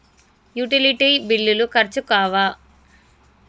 Utility బిల్లులు ఖర్చు కావా?